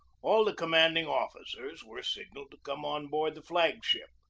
all the commanding officers were signalled to come on board the flag-ship.